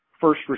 first